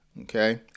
Okay